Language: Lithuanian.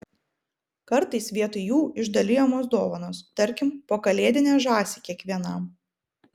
kartais vietoj jų išdalijamos dovanos tarkim po kalėdinę žąsį kiekvienam